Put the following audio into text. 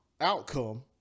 outcome